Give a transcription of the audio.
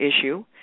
issue